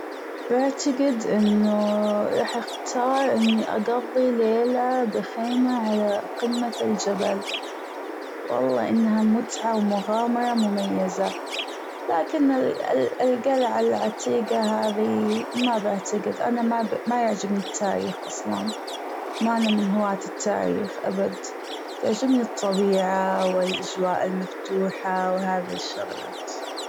بعتجد أنه راح أختار أني بجضي ليلة بخيمة على قمة الجبل والله إنها متعة ومغامرة مميزة لكن ال- الجلعة العتيجة هذي مابعتجد أنا ماب- مايعجبني التاريخ اصلا ماني من هواة التاريخ أبد بتعجبني الطبيعة والأجواء المفتوحة وهذي الشغلات.